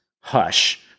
Hush